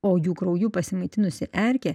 o jų krauju pasimaitinusi erkė